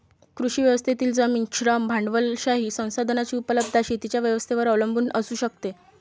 कृषी व्यवस्थेतील जमीन, श्रम, भांडवलशाही संसाधनांची उपलब्धता शेतीच्या व्यवस्थेवर अवलंबून असू शकते